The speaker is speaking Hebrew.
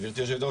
גברתי היו"ר,